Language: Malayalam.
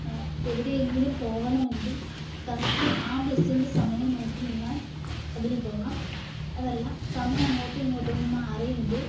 എവിടെയെങ്കിലും പോകണമെങ്കിൽ കറക്ട് ആ ബസിൻ്റെ സമയം നോക്കി നിന്നാൽ അതിനു പോകാം അതല്ല സമയം അങ്ങോട്ടും ഇങ്ങോട്ടും ഒന്ന് മാറിയെങ്കിൽ